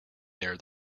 there